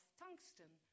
tungsten